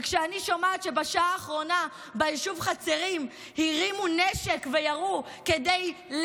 וכשאני שומעת שבשעה האחרונה ביישוב חצרים הרימו נשק וירו כדי,